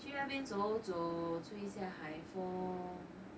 去那边走走吹下海风